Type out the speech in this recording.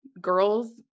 girls